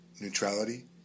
neutrality